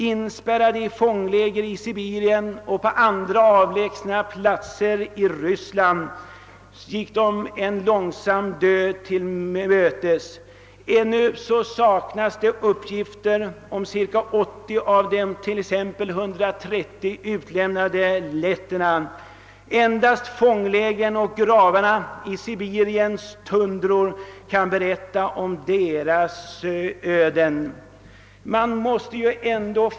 Inspärrade i. fångläger i Sibirien och på andra avlägsna platser i Ryssland gick de en långsam död till mötes. Ännu saknas det uppgifter om cirka 80 av de 130 utämnade letterna. Endast fånglägren och gravarna på Sibiriens tundror kan berätta om deras öden.